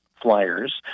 Flyers